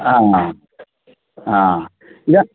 आं आंह् इदा